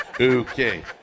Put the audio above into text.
Okay